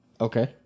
Okay